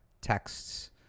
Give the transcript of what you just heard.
texts